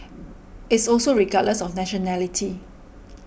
it's also regardless of nationality